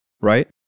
Right